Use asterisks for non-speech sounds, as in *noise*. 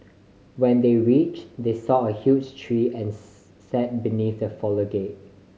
when they reach they saw a huge tree and *noise* sat beneath the foliage